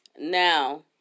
Now